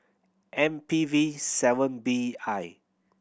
M P V seven B I